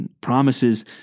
promises